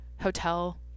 hotel